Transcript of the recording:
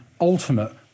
ultimate